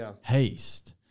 Haste